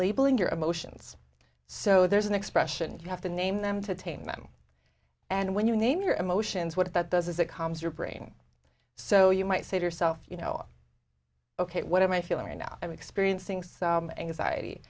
labeling your emotions so there's an expression you have to name them to tame them and when you name your emotions what that does is it calms your brain so you might say to yourself you know ok what am i feeling right now i'm experiencing some anxiety